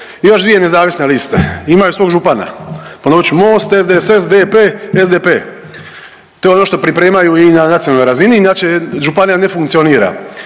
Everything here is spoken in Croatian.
imaju svog župana, ponovit ću Most, SDSS, DP, SDP. To je ono što pripremaju i na nacionalnoj razini, inače županija ne funkcionira.